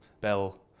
bell